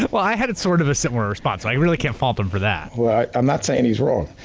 but well, i had a sort of a similar response, i really can't fault him for that. well, i'm not saying he's wrong,